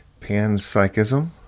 panpsychism